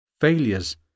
failures